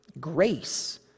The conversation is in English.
grace